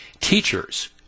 teachers